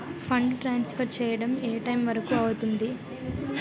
Fund transfer చేయడం ఏ time వరుకు అవుతుంది?